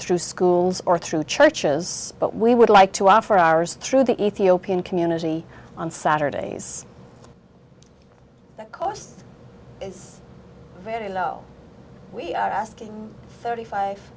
through schools or through churches but we would like to offer ours through the ethiopian community on saturdays the cost is very low we are asking thirty five